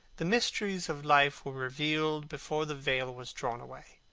the mysteries of life were revealed before the veil was drawn away.